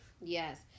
Yes